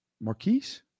Marquise